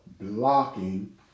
blocking